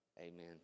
amen